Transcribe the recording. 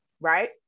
right